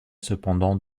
cependant